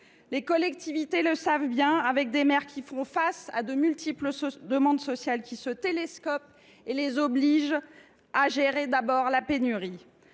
Les collectivités le savent bien, et les maires font face à de multiples demandes sociales qui se télescopent et les obligent à gérer d’abord la pénurie.